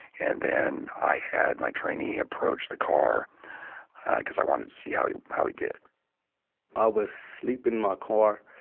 and then i had my trainee approach the car cause i wanted to see how he how he did i was sleeping in my car.